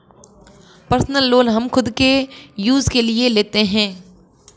personal loan हम खुद के यूज के लिए लेते है